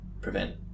prevent